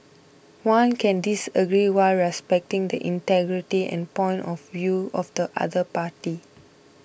one can disagree while respecting the integrity and point of view of the other party